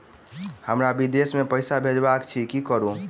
हमरा विदेश मे पैसा भेजबाक अछि की करू?